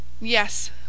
Yes